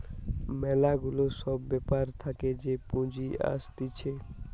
ম্যালা গুলা সব ব্যাপার থাকে যে পুঁজি আসতিছে